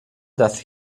دست